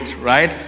right